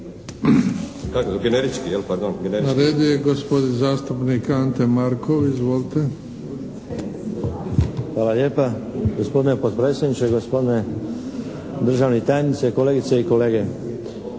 Na redu je gospodin zastupnik Ante Markov. Izvolite. **Markov, Ante (HSS)** Hvala lijepa. Gospodine potpredsjedniče, gospodine državni tajniče, kolegice i kolege.